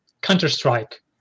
Counter-Strike